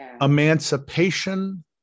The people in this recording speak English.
Emancipation